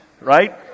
right